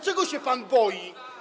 Czego się pan boi?